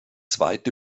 zweite